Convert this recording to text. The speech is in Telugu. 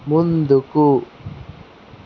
ముందుకు